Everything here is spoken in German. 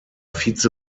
vize